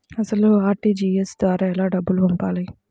అసలు అర్.టీ.జీ.ఎస్ ద్వారా ఎలా డబ్బులు పంపాలి?